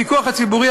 הפיקוח הציבורי,